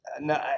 No